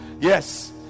Yes